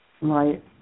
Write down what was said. right